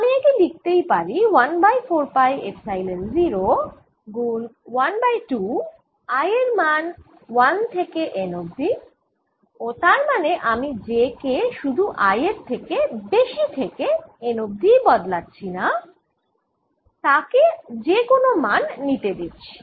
আমি একে লিখতেই পারি 1 বাই 4 পাই এপসাইলন 0 গুণ 1বাই 2 i এর মান 1 থেকে N অবধি ও তার মানে হল আমি j কে শুধু i এর থেকে বেশি থেকে N অবধি ই বদলাচ্ছি না তাকে যে কোন মান নিতে দিচ্ছি